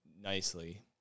nicely